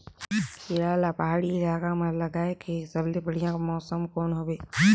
खीरा ला पहाड़ी इलाका मां लगाय के सबले बढ़िया मौसम कोन हवे?